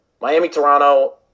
Miami-Toronto